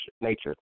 nature